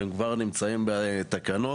וכבר אני מציין תקנות,